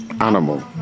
animal